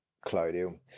Claudio